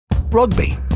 rugby